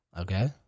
Okay